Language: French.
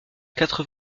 quatre